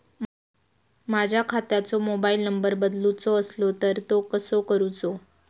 माझ्या खात्याचो mobile number बदलुचो असलो तर तो कसो करूचो?